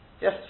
Yes